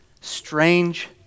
strange